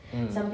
mm